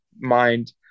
mind